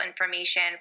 information